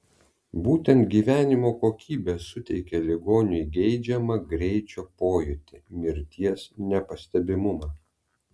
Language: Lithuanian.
būtent gyvenimo kokybė suteikia ligoniui geidžiamą greičio pojūtį mirties nepastebimumą